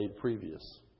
previous